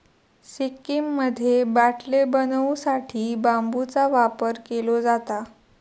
सिक्कीममध्ये बाटले बनवू साठी बांबूचा वापर केलो जाता